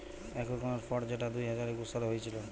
এক রকমের ফ্রড যেটা দুই হাজার একুশ সালে হয়েছিল